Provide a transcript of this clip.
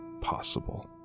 possible